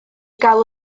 galw